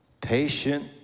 patient